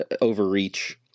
overreach